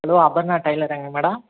hello Aparna டைலராங்க madam